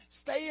Stay